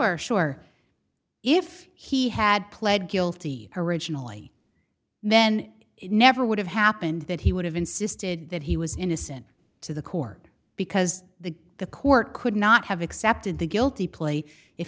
our sure if he had pled guilty originally then it never would have happened that he would have insisted that he was innocent to the court because the the court could not have accepted the guilty plea if